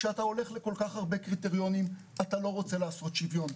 כשאתה הולך לכל כך הרבה קריטריונים אתה לא רוצה לעשות שוויון,